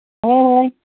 ꯍꯣꯏ ꯍꯣꯏ